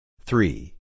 Three